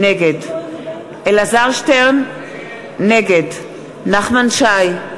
נגד אלעזר שטרן, נגד נחמן שי,